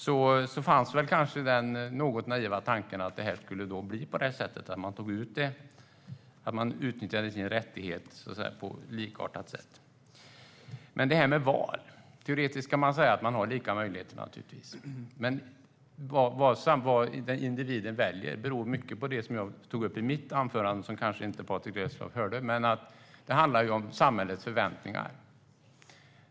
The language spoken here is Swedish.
Då fanns kanske den något naiva tanken att alla utnyttjade sin rättighet på ett likartat sätt. Teoretiskt går det att säga att man har lika möjligheter. Men vad individen väljer beror mycket på det som jag tog upp i mitt anförande som Patrick Reslow kanske inte hörde. Det handlar om samhällets förväntningar.